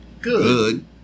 Good